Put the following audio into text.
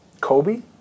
Kobe